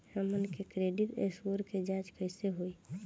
हमन के credit score के जांच कैसे होइ?